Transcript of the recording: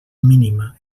mínima